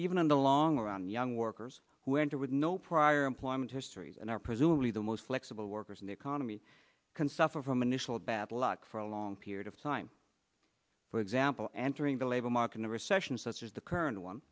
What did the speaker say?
even in the long run young workers who enter with no prior employment histories and are presumably the most flexible workers in the economy can suffer from initial bad luck for a long period of time for example entering the labor market in a recession such as the current one